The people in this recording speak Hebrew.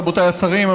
רבותיי השרים,